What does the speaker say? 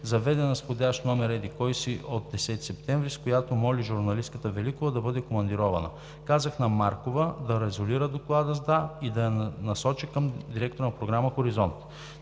заведена с входящ номер еди-кой си от 10 септември, с която моли журналистката Великова да бъде командирована. Казах на Маркова да резолира докладната с „да“ и да я насочи към директора на програма „Хоризонт“.“